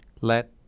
Let